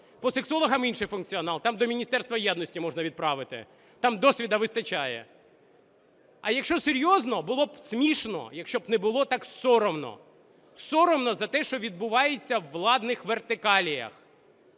По сексологах інший функціонал, там до Міністерства єдності можна відправити, там досвіду вистачає. А якщо серйозно, було б смішно, якщо б не було так соромно. Соромно за те, що відбувається у владних вертикалях,